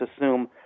assume